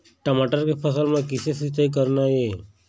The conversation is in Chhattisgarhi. टमाटर के फसल म किसे सिचाई करना ये?